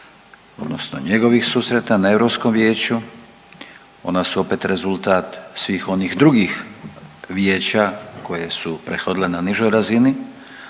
odnosno njegovih susreta na EV-u, ona su opet rezultat svih onih drugih vijeća koje su prethodile na nižoj razini,